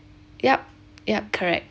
yup yup correct